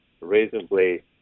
reasonably